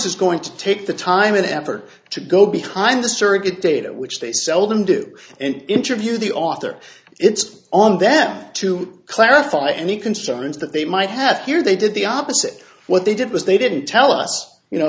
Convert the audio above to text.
is going to take the time and effort to go behind the surrogate data which they seldom do and interview the author it's on them to clarify any concerns that they might have here they did the opposite what they did was they didn't tell us you know